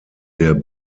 der